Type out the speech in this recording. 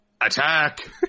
attack